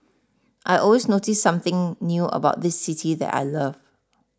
I always notice something new about this city that I love